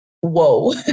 whoa